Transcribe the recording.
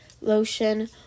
Lotion